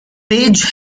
page